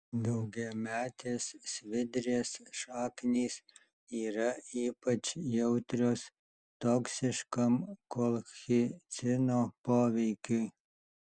daugiametės svidrės šaknys yra ypač jautrios toksiškam kolchicino poveikiui